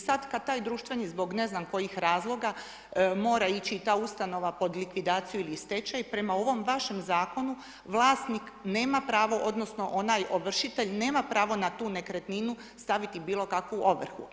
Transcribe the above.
I sad kad taj društveni zbog ne znam kojih razloga mora ići i ta ustanova pod likvidaciju ili stečaj, prema ovom vašem Zakonu vlasnik nema pravo, odnosno onaj ovršitelj nema pravo na tu nekretninu staviti bilo kakvu ovrhu.